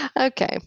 Okay